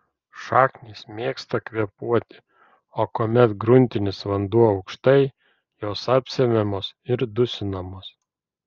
šaknys mėgsta kvėpuoti o kuomet gruntinis vanduo aukštai jos apsemiamos ir dusinamos